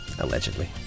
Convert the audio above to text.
Allegedly